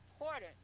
important